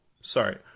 sorry